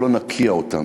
אבל לא נוקיע אותם.